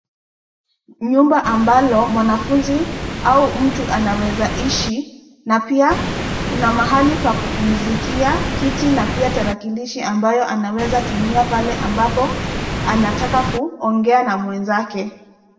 Nyumba ambalo mwanafunzi au mtu anaweza ishi na pia kuna mahali pa kupumzikia, kiti na pia tarakilishi ambayo anaweza tumia pale ambapo anataka kuongea na mwenzake.